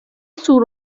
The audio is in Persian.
سور